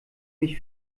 mich